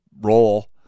Roll